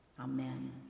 Amen